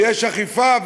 ויש אכיפה,